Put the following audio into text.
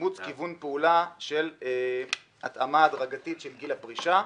אימוץ כיוון פעולה של התאמה הדרגתית של גיל הפרישה.